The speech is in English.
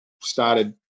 started